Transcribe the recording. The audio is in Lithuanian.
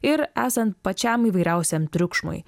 ir esant pačiam įvairiausiam triukšmui